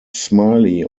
smiley